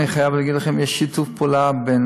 אני חייב להגיד לכם שיש שיתוף פעולה בין